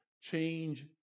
Change